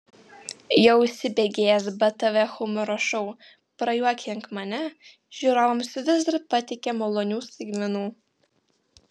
jau įsibėgėjęs btv humoro šou prajuokink mane žiūrovams vis dar pateikia malonių staigmenų